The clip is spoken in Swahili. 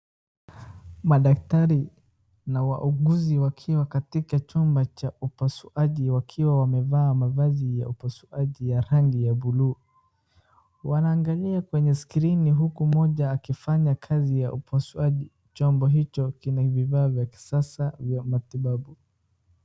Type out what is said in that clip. Madaktari na wauguzi wakiwa katika chumba cha upasuaji wakiwa wamevaa mavazi ya upasuaji ya rangi ya blue . Wanaangalia kwenye screen huku mmoja akifanya kazi ya upasuaji. Chombo hicho kina vifaa vya kisasa vya matibabu.